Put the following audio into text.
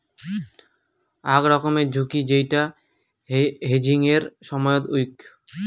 আক রকমের ঝুঁকি যেইটা হেজিংয়ের সময়ত হউক